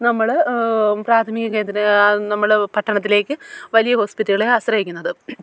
നമ്മൾ പ്രാഥമിക കേന്ദ്ര നമ്മൾ പട്ടണത്തിലേക്ക് വലിയ ഹോസ്പിറ്റലുകളെ ആശ്രയിക്കുന്നത്